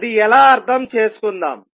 అది ఎలా అర్థం చేసుకుందాం